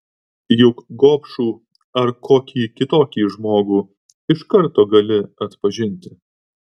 juk gobšų ar kokį kitokį žmogų iš karto gali atpažinti